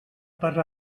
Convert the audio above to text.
per